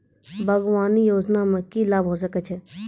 बागवानी योजना मे की लाभ होय सके छै?